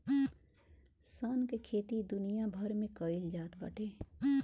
सन के खेती दुनिया भर में कईल जात बाटे